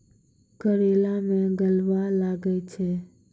करेला मैं गलवा लागे छ?